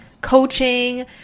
coaching